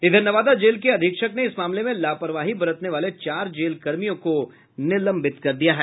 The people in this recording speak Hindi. इधर नवादा जेल के अधीक्षक ने इस मामले में लापरवाही बरतने वाले चार जेल कर्मियों को निलंबित कर दिया है